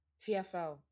TFL